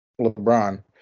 LeBron